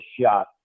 shot